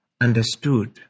understood